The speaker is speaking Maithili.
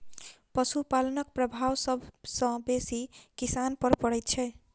पशुपालनक प्रभाव सभ सॅ बेसी किसान पर पड़ैत छै